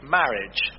marriage